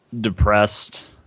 depressed